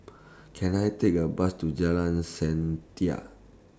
Can I Take A Bus to Jalan Setia